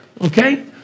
okay